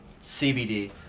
CBD